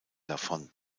davon